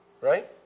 Right